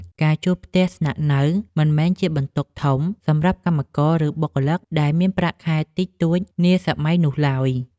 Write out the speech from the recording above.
ការជួលផ្ទះស្នាក់នៅមិនមែនជាបន្ទុកធំសម្រាប់កម្មករ ឬបុគ្គលិកដែលមានប្រាក់ខែតិចតួចនាសម័យនោះឡើយ។